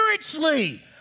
spiritually